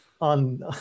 on